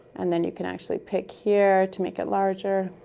and then you can actually pick here to make it larger.